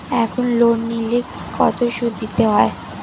এখন লোন নিলে কত সুদ দিতে হয়?